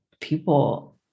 people